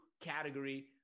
category